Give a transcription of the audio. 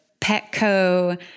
Petco